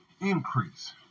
increase